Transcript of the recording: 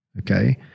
okay